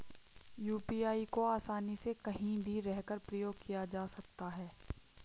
UPI को आसानी से कहीं भी रहकर प्रयोग किया जा सकता है